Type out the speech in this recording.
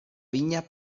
vinya